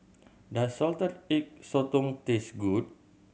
does Salted Egg Sotong taste good